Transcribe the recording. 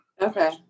Okay